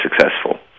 successful